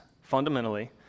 fundamentally